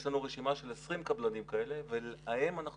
יש לנו רשימה של 20 קבלנים כאלה ובהם אנחנו